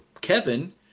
Kevin